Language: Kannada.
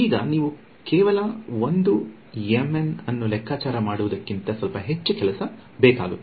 ಈಗ ನೀವು ಕೇವಲ ಒಂದು ಎಂಎನ್ ಅನ್ನು ಲೆಕ್ಕಾಚಾರ ಮಾಡುವುದಕ್ಕಿಂತ ಸ್ವಲ್ಪ ಹೆಚ್ಚು ಕೆಲಸ ಬೇಕಾಗುತ್ತದೆ